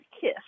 Kiss